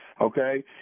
okay